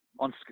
on